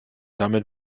damit